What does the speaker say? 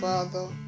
Father